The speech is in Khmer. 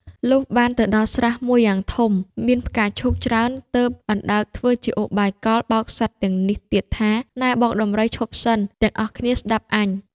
លុះបានទៅដល់ស្រះមួយយ៉ាងធំមានផ្កាឈូកច្រើនទើប អណ្ដើកធ្វើជាឧបាយកលបោកសត្វទាំងនេះទៀតថា៖ "នែបងដំរីឈប់សិន! ទាំងអស់គ្នាស្តាប់អញ។